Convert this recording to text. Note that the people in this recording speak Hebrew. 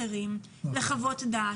לחוות דעת,